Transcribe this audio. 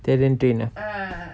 talent train ah